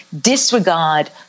disregard